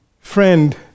Friend